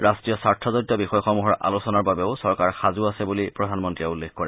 ৰাষ্ট্ৰীয় স্বাৰ্থজডিত বিষয়সমূহৰ আলোচনাৰ বাবেও চৰকাৰ সাজু আছে বুলি প্ৰধানমন্ত্ৰীয়ে উল্লেখ কৰে